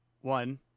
One